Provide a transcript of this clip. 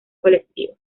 colectiva